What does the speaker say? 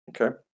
Okay